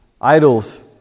idols